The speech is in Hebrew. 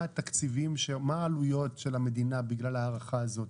מה התקציבים ומה העלויות של המדינה בגלל ההארכה הזאת?